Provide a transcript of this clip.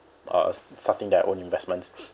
uh starting their own investments